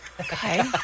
Okay